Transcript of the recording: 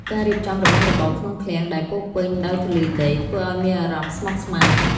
ការរៀបចំរបស់របរក្នុងឃ្លាំងដែលពោរពេញដោយធូលីដី ធ្វើឱ្យមានអារម្មណ៍ស្មុគស្មាញ។